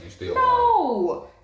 No